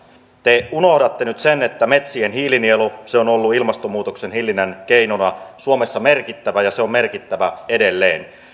te unohdatte nyt sen että metsien hiilinielu on ollut ilmastonmuutoksen hillinnän keinona suomessa merkittävä ja se on merkittävä edelleen